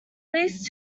least